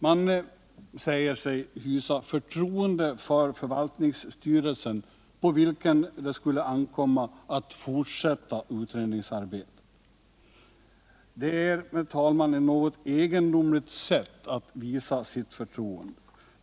Man säger sig hysa förtroende för förvaltningsstyrelsen, på vilken det skulle ankomma att fortsätta utredningsarbetet. Det är, herr talman, ett något egendomligt sätt att visa sitt förtroende.